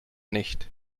nicht